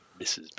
Mrs